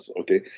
okay